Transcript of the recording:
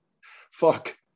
fuck